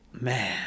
man